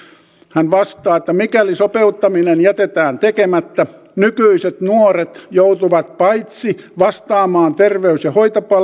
hän vastaa että mikäli sopeuttaminen jätetään tekemättä nykyiset nuoret joutuvat paitsi vastaamaan terveys ja